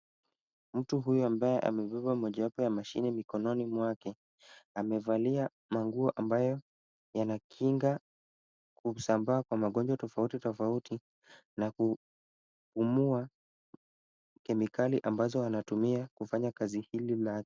Mtu huyu ambaye amebeba mojawapo ya mashini mikononi mwake, amevalia manguo ambayo yanakinga kusambaa kwa magonjwa tofauti tofauti na kupumua kemikali ambazo anatumia kufanya kazi hili lake.